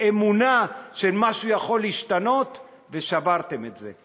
אמונה שמשהו יכול להשתנות, ושברתם את זה.